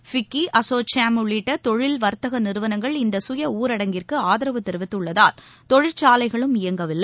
FICCI ASSOCHAM உள்ளிட்டதொழில் வர்த்தகநிறுவனங்கள் இந்த சுய ஊரடங்கிற்குஆதரவு தெரிவித்துள்ளதால் தொழிற்சாலைகளும் இயங்கவில்லை